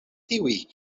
tiuj